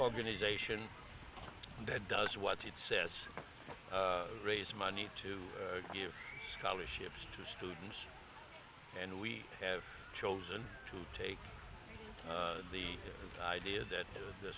organisation that does what it says raise money to give scholarships to students and we have chosen to take the idea that the